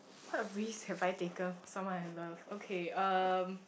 what risk have I taken for someone I love okay um